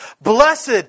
Blessed